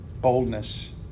Boldness